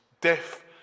Death